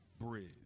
bridge